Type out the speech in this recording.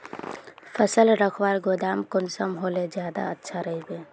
फसल रखवार गोदाम कुंसम होले ज्यादा अच्छा रहिबे?